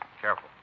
Careful